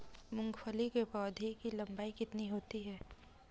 मूंगफली के पौधे की लंबाई कितनी होती है?